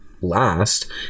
last